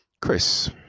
Chris